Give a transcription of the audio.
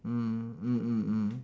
mm mm mm mm